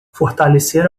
fortalecer